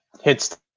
hits